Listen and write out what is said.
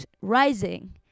rising